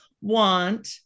want